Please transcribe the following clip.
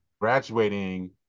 graduating